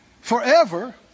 Forever